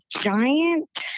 giant